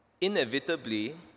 inevitably